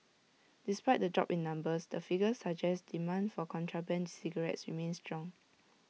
despite the drop in numbers the figures suggest demand for contraband cigarettes remains strong